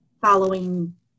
following